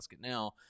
now